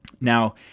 Now